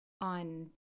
on